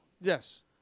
Yes